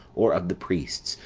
or of the priests,